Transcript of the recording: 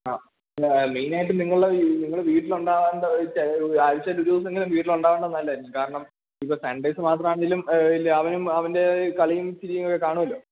ആ പിന്നെ മെയിനായിട്ടും നിങ്ങള് വീട്ടിലുണ്ടാകേണ്ടത് ആഴ്ചയിലൊരു ദിവസമെങ്കിലും വീട്ടിലുണ്ടാകേണ്ടത് നല്ലതായിരിക്കും കാരണം ഇപ്പോള് സൺഡേസ് മാത്രമാണെങ്കിലും ഇല്ലെങ്കില് അവനും അവൻ്റെ കളിയും ചിരിയുമൊക്കെ കാണുമല്ലോ